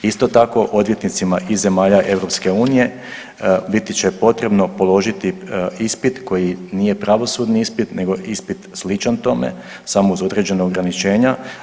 Isto tako, odvjetnicima iz zemalja EU biti će potrebno položiti ispit koji nije pravosudni ispit nego ispit sličan tome, samo uz određena ograničenja.